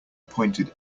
pointed